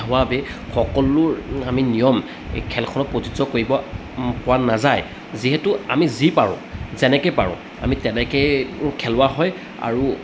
হোৱাবাবেই সকলো আমি নিয়ম খেলখনত প্ৰযোজ্য় কৰিব পোৱা নাযায় যিহেতু আমি যি পাৰোঁ যেনেকৈ পাৰোঁ আমি তেনেকৈ খেলোৱা হয় আৰু